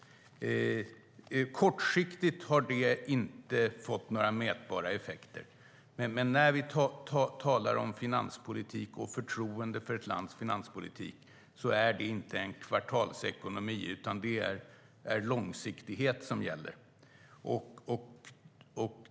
Kortsiktigt har det inte fått några mätbara effekter. Men när vi talar om förtroende för ett lands finanspolitik handlar det inte om en kvartalsekonomi, utan det är långsiktighet som gäller.